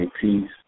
peace